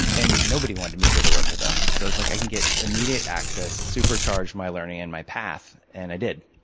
and nobody wanted to move there to work with them. so it's like i can get immediate access, supercharge my learning and my path. so and i did.